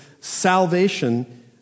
salvation